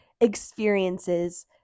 experiences